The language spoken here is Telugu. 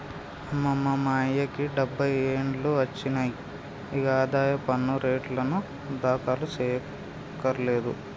అమ్మయ్య మా అయ్యకి డబ్బై ఏండ్లు ఒచ్చినాయి, ఇగ ఆదాయ పన్ను రెటర్నులు దాఖలు సెయ్యకర్లేదు